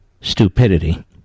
stupidity